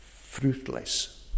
fruitless